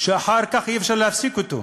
שאחר כך אי-אפשר להפסיק אותו,